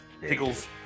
pickles